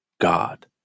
God